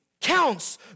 counts